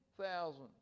thousands